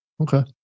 Okay